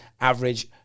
Average